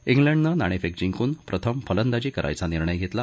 इंग्लंडनं नाणेफेक जिंकून प्रथम फलंदाजी करायचा निर्णय घेतला